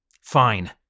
Fine